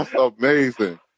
amazing